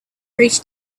reach